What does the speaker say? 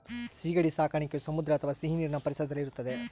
ಸೀಗಡಿ ಸಾಕಣೆಯು ಸಮುದ್ರ ಅಥವಾ ಸಿಹಿನೀರಿನ ಪರಿಸರದಲ್ಲಿ ಇರುತ್ತದೆ